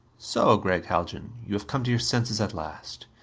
so, gregg haljan? you have come to your senses at last.